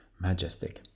majestic